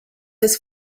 his